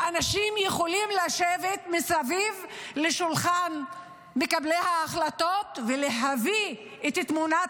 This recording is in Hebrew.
שאנשים יכולים לשבת מסביב לשולחן מקבלי ההחלטות ולהביא את תמונת